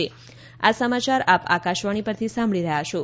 corona appeal આ સમાચાર આપ આકાશવાણી પરથી સાંભળી રહ્યા છો